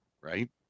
Right